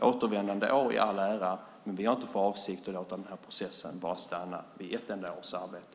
Återvändandeår i all ära, men vi har inte för avsikt att låta processen stanna vid bara ett enda års arbete.